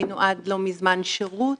היינו עד לא מזמן שירות